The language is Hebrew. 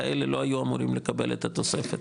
כאלה לא היו אמורים לקבל את התוספת,